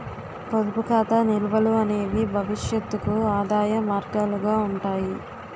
పొదుపు ఖాతా నిల్వలు అనేవి భవిష్యత్తుకు ఆదాయ మార్గాలుగా ఉంటాయి